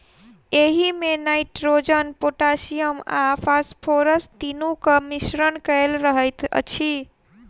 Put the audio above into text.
एहिमे nitrogen, potassium आ phosphorus तीनूक मिश्रण कएल रहैत अछि